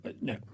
no